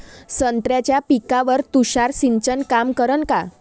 संत्र्याच्या पिकावर तुषार सिंचन काम करन का?